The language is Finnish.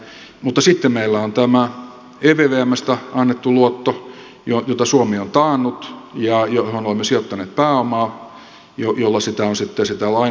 mutta sitten meillä on tämä ervvstä annettu luotto jota suomi on taannut ja johon olemme sijoittaneet pääomaa jolla sitä lainaa on sitten markkinoilta haettu